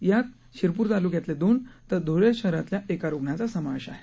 यात शिरपूर तालुक्यातले दोन तर धुळे शहरातल्या एका रुग्णाचा समावेश आहे